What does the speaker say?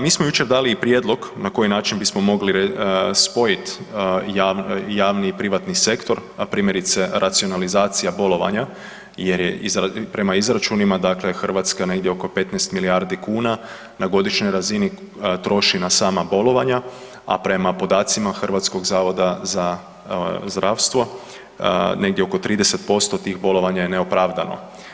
Mi smo jučer dali i prijedlog na koji način bismo mogli spojit javni i privatni sektor, a primjerice racionalizacija bolovanja jer je prema izračunima dakle Hrvatska negdje oko 15 milijardi kuna na godišnjoj razini troši na sama bolovanja, a prema podacima HZZO-a negdje oko 30% tih bolovanja je neopravdano.